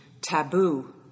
taboo